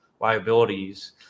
liabilities